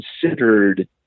considered